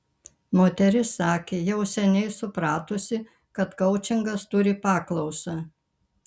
moteris sakė jau seniai supratusi kad koučingas turi paklausą